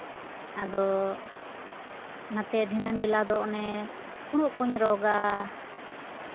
ᱟᱫᱚ ᱱᱟᱛᱮ ᱫᱷᱤᱱᱟᱹᱱ ᱵᱮᱞᱟ ᱫᱚ ᱚᱱᱮ ᱯᱷᱩᱲᱩᱜ ᱠᱩᱧ ᱨᱚᱜᱟ